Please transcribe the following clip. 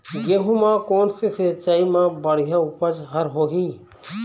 गेहूं म कोन से सिचाई म बड़िया उपज हर होही?